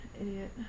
idiot